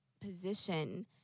position